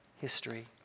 history